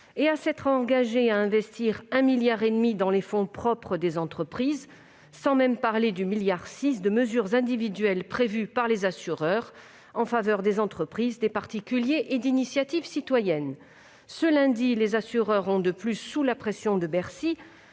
et à s'être engagé à investir 1,5 milliard d'euros dans les fonds propres des entreprises- sans même parler du 1,6 milliard d'euros de mesures individuelles prévues par les assureurs en faveur des entreprises, des particuliers et d'initiatives citoyennes. De plus, lundi dernier, les assureurs ont pris, sous la pression de Bercy,